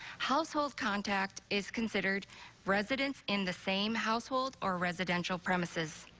household contact is considered residents in the same household or residential premises.